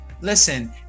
listen